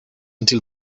until